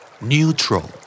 Neutral